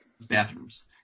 bathrooms